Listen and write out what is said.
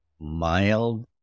mild